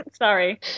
Sorry